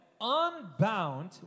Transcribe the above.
unbound